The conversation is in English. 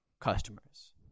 customers